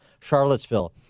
Charlottesville